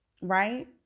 right